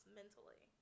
mentally